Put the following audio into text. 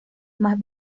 más